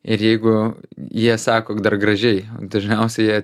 ir jeigu jie sako dar gražiai dažniausiai jie